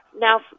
Now